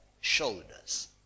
shoulders